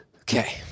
Okay